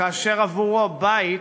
כאשר עבורו "בית"